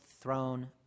throne